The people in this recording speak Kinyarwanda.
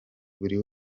buri